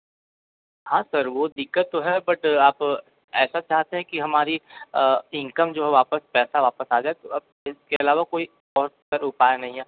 हाँ सर वो दिक्कत तो है बट आप ऐसा चाहते हैं कि हमारी इनकम जो है वापस पैसा वापस आ जाए तो अब इसके अलावा कोई और सर उपाय नहीं है